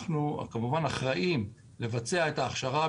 אנחנו כמובן אחראים לבצע את ההכשרה.